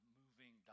moving